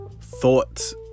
thoughts